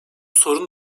sorun